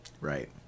Right